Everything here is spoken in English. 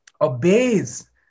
Obeys